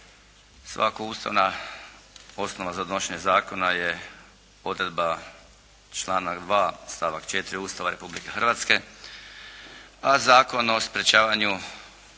Svaka ustavna osnova za donošenje zakona je odredba članak 2. stavak 4. Ustava Republike Hrvatske a Zakon o sprječavanju